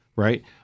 Right